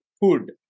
Food